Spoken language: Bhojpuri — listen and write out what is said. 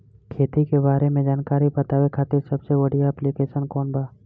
खेती के बारे में जानकारी बतावे खातिर सबसे बढ़िया ऐप्लिकेशन कौन बा?